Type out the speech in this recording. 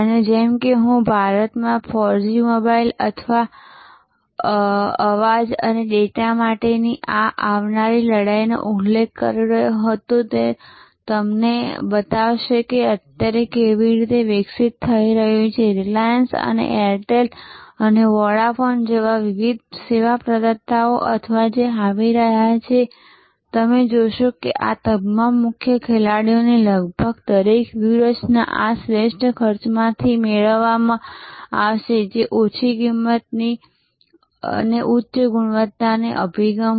અને જેમ કે હું ભારતમાં 4G મોબાઈલ અવાજ અને ડેટા માટેની આ આવનારી લડાઈનો ઉલ્લેખ કરી રહ્યો હતો તે તમને બતાવશે કે તે અત્યારે કેવી રીતે વિકસિત થઈ રહ્યું છે અને રિલાયન્સ અને એરટેલ અને વોડાફોન જેવા વિવિધ સેવા પ્રદાતાઓ અથવા જે આવી રહ્યા છે તમે જોશો કે આ તમામ મુખ્ય ખેલાડીઓની લગભગ દરેક વ્યૂહરચના આ શ્રેષ્ઠ ખર્ચમાંથી મેળવવામાં આવશે જે ઓછી કિંમતની ઉચ્ચ ગુણવત્તાની અભિગમ છે